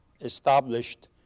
established